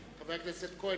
אמנון כהן,